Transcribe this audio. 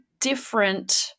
different